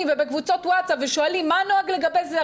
ובקבוצות וואטס-אפ ושואלים 'מה הנוהג לגבי זה,